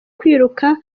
kwiruka